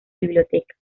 biblioteca